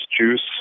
juice